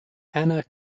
anna